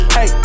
Hey